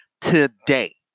today